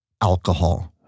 alcohol